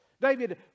David